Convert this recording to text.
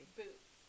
boots